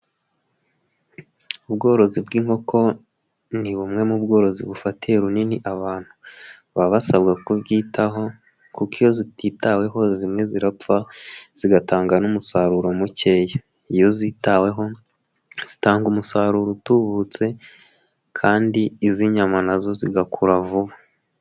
Ubworozi bw'inkoko ni bumwe mu bworozi bufatiye runini abantu, baba basabwa kubwitaho kuko iyo zititaweho zimwe zirapfa zigatanga n'umusaruro mukeya, iyo zitaweho zitanga umusaruro utubutse kandi iz'inyama na zo zigakura vuba.